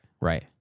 right